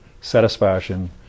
satisfaction